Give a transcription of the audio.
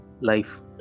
life